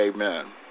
Amen